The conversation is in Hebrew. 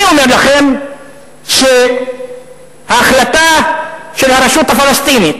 אני אומר לכם שההחלטה של הרשות הפלסטינית